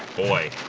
boy,